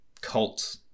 cult